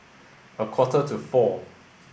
a quarter to four